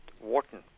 wharton